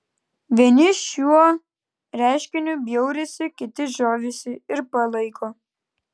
vieni šiuo reiškiniu bjaurisi kiti žavisi ir palaiko